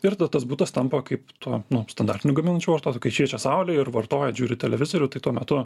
ir tada tas butas tampa kaip tuo nu standartiniu gaminančiu vartotoju kai šviečia saulė ir vartojat žiūrit televizorių tai tuo metu